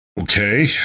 Okay